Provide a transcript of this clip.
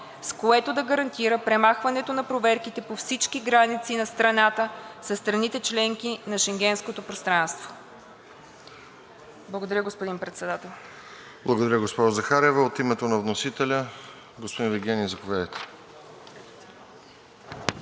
с което да гарантира премахването на проверките по всички граници на страната със страните – членки на Шенгенското пространство.“ Благодаря, господин Председател. ПРЕДСЕДАТЕЛ РОСЕН ЖЕЛЯЗКОВ: Благодаря, госпожо Захариева. От името на вносителя. Господин Вигенин, заповядайте.